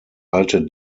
alte